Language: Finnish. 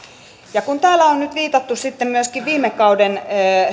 kun täällä on nyt viitattu sitten myöskin viime kauden